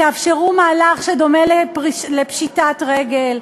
תאפשרו מהלך שדומה לפשיטת רגל.